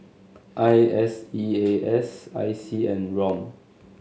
I S E A S I C and ROM